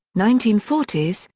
nineteen forty s,